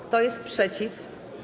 Kto jest przeciw?